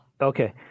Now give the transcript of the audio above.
Okay